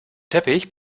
teppich